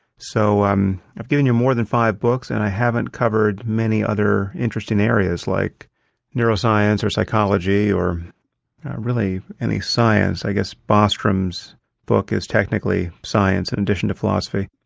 so um i've given you more than five books and i haven't covered many other interesting areas like neuroscience or psychology or really any science. i guess bostrom's book is technically science, in addition to philosophy.